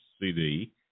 CD